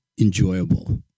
enjoyable